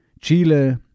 Chile